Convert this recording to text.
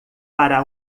para